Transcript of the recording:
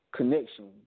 connection